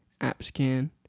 appscan